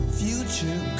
future